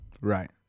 Right